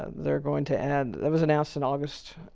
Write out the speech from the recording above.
ah they're going to add, that was announced in august,